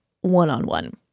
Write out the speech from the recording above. one-on-one